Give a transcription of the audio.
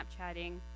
Snapchatting